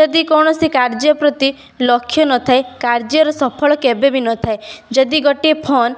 ଯଦି କୌଣସି କାର୍ଯ୍ୟ ପ୍ରତି ଲକ୍ଷ ନଥାଏ କାର୍ଯ୍ୟ ରେ ସଫଳ କେବେ ବି ନଥାଏ ଯଦି ଗୋଟିଏ ଫୋନ